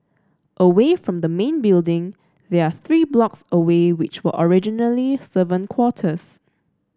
away from the main building there are three blocks away which were originally servant quarters